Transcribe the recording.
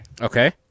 Okay